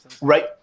right